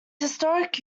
historic